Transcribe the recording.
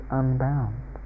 unbound